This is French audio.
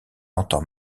entend